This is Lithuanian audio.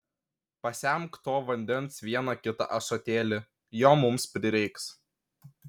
pasemk to vandens vieną kitą ąsotėlį jo mums prireiks